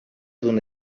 d’un